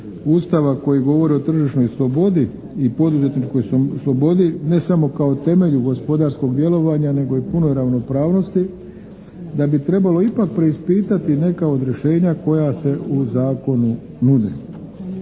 Ustava koji govori o tržišnoj slobodi i poduzetničkoj slobodi ne samo kao temelju gospodarskog djelovanja nego i punoj ravnopravnosti da bi trebalo ipak preispitati neka od rješenja koja se u Zakonu nude.